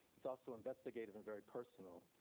it's also investigative and very personal.